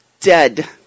dead